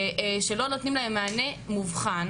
שלא נותנים להם מענה מובחן.